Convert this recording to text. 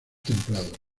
templado